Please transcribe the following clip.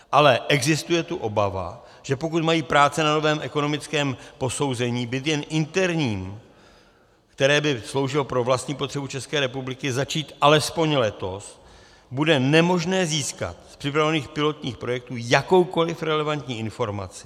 Ale existuje tu obava, že pokud mají práce na novém ekonomickém posouzení být jen interním, které by sloužilo pro vlastní potřebu České republiky, začít alespoň letos, bude nemožné získat z připravovaných pilotních projektů jakoukoliv relevantní informaci.